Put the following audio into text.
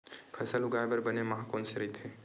फसल उगाये बर बने माह कोन से राइथे?